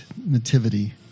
nativity